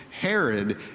Herod